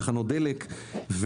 תחנות דלק וכו'.